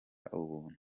ubuntu